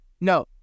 No